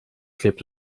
klebt